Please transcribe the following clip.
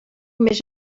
més